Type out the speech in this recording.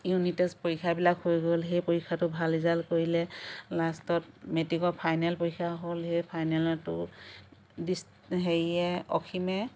unit test পৰীক্ষাবিলাক হৈ গ'ল সেই পৰীক্ষাটো ভাল ৰিজাল্ট কৰিলে লাষ্টত মেট্ৰিকৰ ফাইনেল পৰীক্ষা হ'ল সেই ফাইনেলতো ডিচ হেৰিয়ে অসীমে